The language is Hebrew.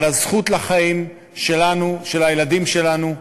על הזכות לחיים שלנו, של הילדים שלנו,